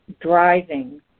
driving